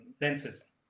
lenses